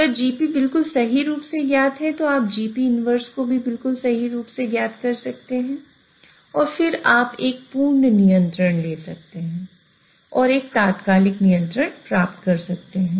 अगर Gp बिल्कुल सही रूप से ज्ञात है तो आप Gp 1 को भी बिल्कुल सही रूप से से ज्ञात कर सकते हैं और फिर आप एक पूर्ण नियंत्रण ले सकते हैं और एक तात्कालिक नियंत्रण प्राप्त कर सकते हैं